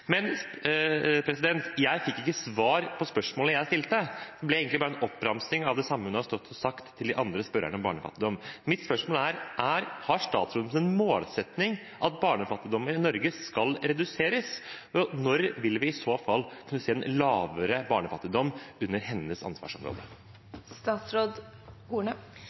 Jeg fikk ikke svar på spørsmålet jeg stilte. Det ble egentlig bare en oppramsing av det samme hun har stått og sagt til de andre spørrerne om barnefattigdom. Mitt spørsmål er: Har statsråden som målsetting at barnefattigdommen i Norge skal reduseres? Når vil vi i så fall kunne se en lavere barnefattigdom innenfor hennes ansvarsområde?